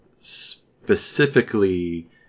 specifically